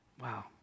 Wow